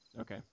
Okay